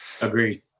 Agreed